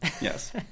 Yes